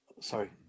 sorry